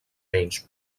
menys